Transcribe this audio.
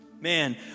Man